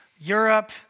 Europe